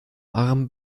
arm